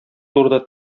турыда